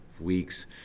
weeks